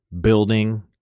building